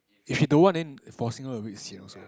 if she don't want then forcing her a bit sian also